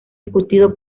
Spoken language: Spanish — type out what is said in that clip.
discutido